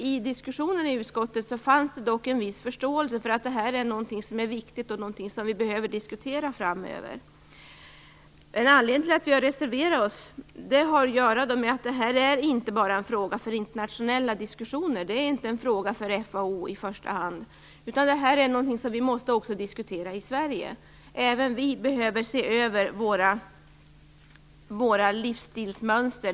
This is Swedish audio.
I diskussionen i utskottet fanns det dock en viss förståelse för att det här är någonting som är viktigt och någonting som vi behöver diskutera framöver. Anledningen till att vi har reserverat oss är att detta inte bara är en fråga för internationella diskussioner. Det är inte en fråga för i första hand FAO, utan det här är något som vi också måste diskutera i Sverige. Även vi behöver se över vår livsstil.